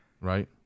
Right